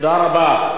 תודה רבה.